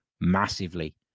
massively